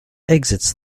exits